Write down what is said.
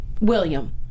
William